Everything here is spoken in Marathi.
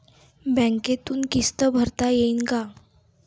बँकेतून किस्त भरता येईन का?